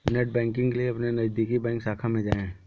net banking के लिए अपने नजदीकी बैंक शाखा में जाए